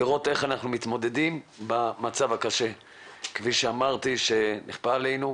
לראות איך אנחנו מתמודדים במצב הקשה שנכפה עלינו,